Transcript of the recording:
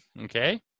Okay